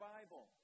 Bible